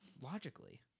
Logically